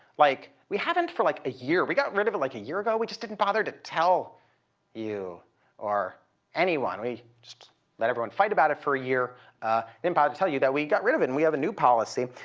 like, we haven't for, like, a year. we got rid of it like a year ago, we just didn't bother to tell you or anyone. we just let everyone fight about it for a year and didn't bother to tell you that we got rid of it and we have a new policy.